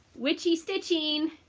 witchy stitching.